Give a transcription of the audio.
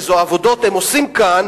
איזה עבודות הם עושים כאן,